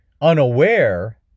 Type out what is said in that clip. unaware